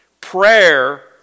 Prayer